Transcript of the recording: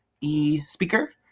e-speaker